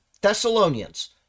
Thessalonians